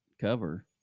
cover